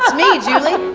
ah me, juli.